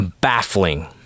Baffling